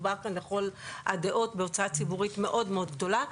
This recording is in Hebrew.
כך שלכל הדעות מדובר כאן בהוצאה ציבורית מאוד מאוד גדולה,